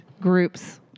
groups